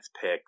pick